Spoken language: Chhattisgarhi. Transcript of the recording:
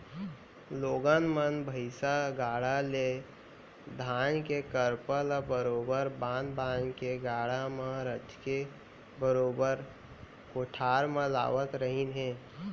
लोगन मन भईसा गाड़ा ले धान के करपा ल बरोबर बांध बांध के गाड़ा म रचके बरोबर कोठार म लावत रहिन हें